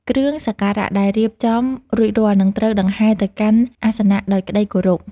គ្រឿងសក្ការៈដែលរៀបចំរួចរាល់នឹងត្រូវដង្ហែទៅកាន់អាសនៈដោយក្តីគោរព។